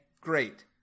great